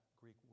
Greek